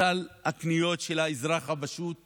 סל הקניות של האזרח הפשוט עולה.